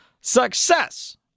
success